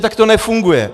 Tak to nefunguje.